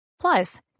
Plus